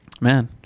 man